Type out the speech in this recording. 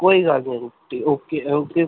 ਕੋਈ ਗੱਲ ਨਹੀਂ ਆਂਟੀ ਓਕੇ ਓਕੇ